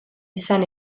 izan